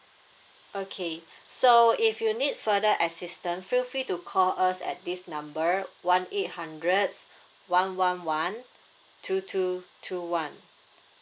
okay so if you need further assistance feel free to call us at this number one eight hundreds one one one two two two one